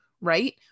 Right